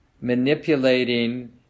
manipulating